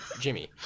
jimmy